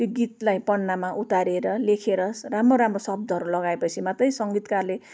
त्यो गीतलाई पन्नामा उतारेर लेखेर राम्रो राम्रो शब्दहरू लगाएपछि मात्रै सङ्गीतकारले